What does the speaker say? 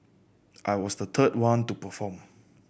I was the third one to perform